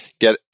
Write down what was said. get